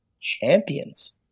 champions